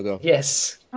yes